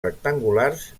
rectangulars